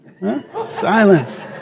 Silence